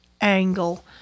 angle